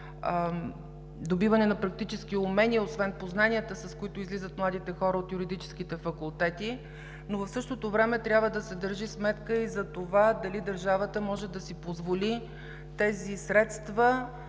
добиване на практически умения освен познанията, с които излизат младите хора от юридическите факултети. Но в същото време трябва да се държи сметка дали държавата може да си позволи тези средства